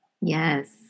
yes